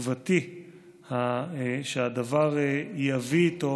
ותקוותי שהדבר יביא איתו